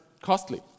costly